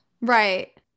Right